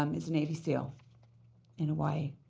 um is navy seal in hawaii.